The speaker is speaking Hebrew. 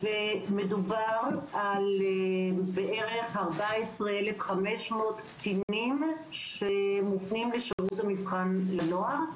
מדובר על 14,500 קטינים שמופנים אל שירות המבחן לנוער.